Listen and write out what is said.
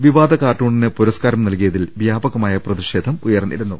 വിവാദ കാർട്ടൂണിന് പുരസ്കാരം നൽകിയതിൽ വ്യാപകമായ പ്രതിഷേധം ഉയർന്നിരുന്നു